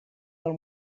del